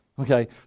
okay